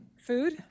food